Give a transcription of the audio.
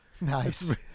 nice